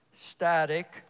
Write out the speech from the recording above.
static